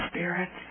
Spirit